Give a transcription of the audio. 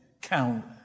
count